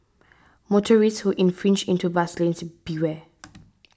motorists who infringe into bus lanes beware